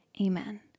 amen